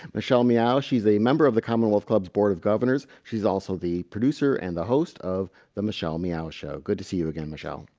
michelle meow. she's a member of the commonwealth club's board of governors she's also the producer and the host of the michelle meow show good to see you again. michelle.